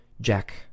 Jack